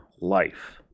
life